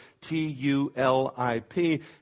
t-u-l-i-p